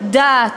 דת,